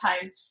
time